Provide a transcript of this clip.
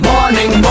Morning